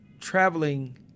traveling